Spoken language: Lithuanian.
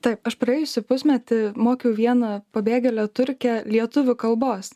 taip aš praėjusį pusmetį mokiau vieną pabėgėlę turkę lietuvių kalbos